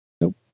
Nope